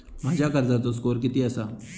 माझ्या कर्जाचो स्कोअर किती आसा?